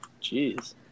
Jeez